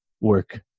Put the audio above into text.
work